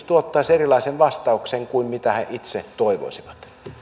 tuottaisi erilaisen vastauksen kuin he itse toivoisivat